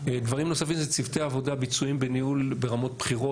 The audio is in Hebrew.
דבר נוסף זה צוותי עבודה ביצועיים בניהול ברמות בכירות.